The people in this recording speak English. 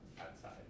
outside